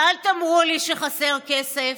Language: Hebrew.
ואל תאמרו לי שחסר כסף.